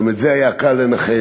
גם את זה היה קל לנחש.